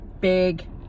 big